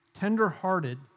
tender-hearted